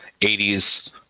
80s